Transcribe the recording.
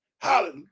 Hallelujah